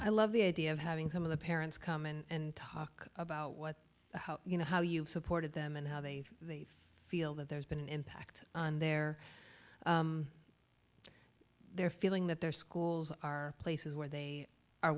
i love the idea of having some of the parents come and talk about what you know how you supported them and how they feel that there's been an impact on their they're feeling that their schools are places where they are